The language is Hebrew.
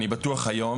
אני בטוח היום,